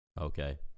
Okay